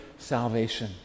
salvation